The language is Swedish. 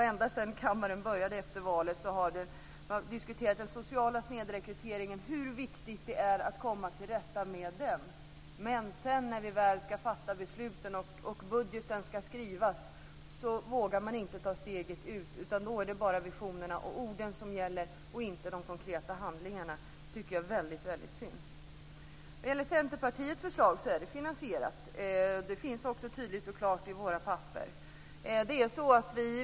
Ända sedan mandatperioden började efter valet har vi diskuterat hur viktigt det är att komma till rätta med den sociala snedrekryteringen. Men när vi väl ska fatta besluten och budgeten ska skrivas vågar man inte ta steget, utan då är det bara visionerna och orden som gäller och inte de konkreta handlingarna. Det tycker jag är väldigt synd. Vad gäller Centerpartiets förslag kan jag säga att det är finansierat. Det finns också tydligt och klart i våra papper.